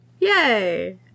yay